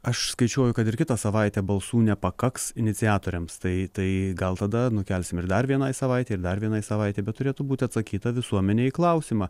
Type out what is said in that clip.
aš skaičiuoju kad ir kitą savaitę balsų nepakaks iniciatoriams tai tai gal tada nukelsim ir dar vienai savaitei ir dar vienai savaitei bet turėtų būti atsakyta visuomenei į klausimą